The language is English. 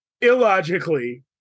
illogically